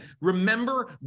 Remember